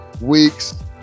Weeks